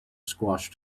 squashed